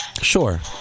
Sure